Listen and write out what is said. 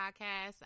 Podcast